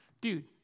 dude